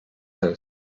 house